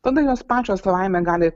tada jos pačios savaime gali